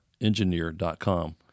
engineer.com